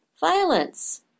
Violence